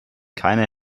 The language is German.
keine